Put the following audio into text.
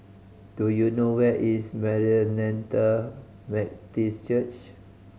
do you know where is Maranatha Baptist Church